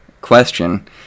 question